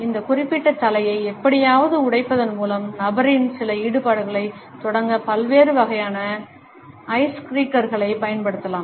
இந்த குறிப்பிட்ட தலையை எப்படியாவது உடைப்பதன் மூலம் நபரிடம் சில ஈடுபாடுகளைத் தொடங்க பல்வேறு வகையான ஐஸ்கிரீக்கர்களைப் பயன்படுத்தலாம்